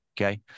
okay